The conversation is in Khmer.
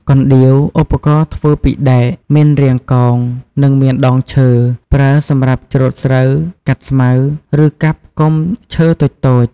កណ្ដៀវ ឧបករណ៍ធ្វើពីដែកមានរាងកោង និងមានដងឈើ។ ប្រើសម្រាប់ច្រូតស្រូវ កាត់ស្មៅ ឬកាប់គុម្ពឈើតូចៗ។